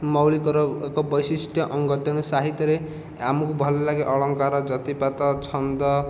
ମୌଳିକର ଏକ ବୈଶିଷ୍ଟ୍ୟ ଅଙ୍ଗ ତେଣୁ ସାହିତ୍ୟରେ ଆମକୁ ଭଲ ଲାଗେ ଅଳଙ୍କାର ଯତିପାତ ଛନ୍ଦ